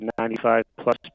95-plus